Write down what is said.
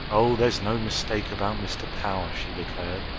oh, there's no mistake about mr. power! she declared.